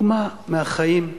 דוגמה מהחיים,